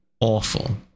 awful